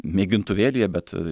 mėgintuvėlyje bet